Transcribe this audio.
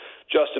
Justin